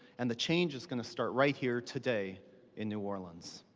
and the change is gonna start right here today in new orleans.